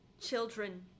children